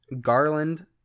Garland